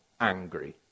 angry